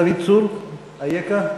הצהרתי מאשר חוק, חבר הכנסת דוד צור, אייכה?